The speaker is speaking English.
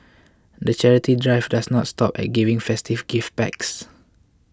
the charity drive doesn't stop at giving festive gift packs